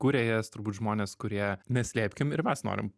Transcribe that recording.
kuria jas turbūt žmonės kurie neslėpkim ir mes norim